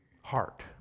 heart